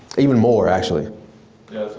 even more actually.